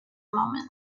moment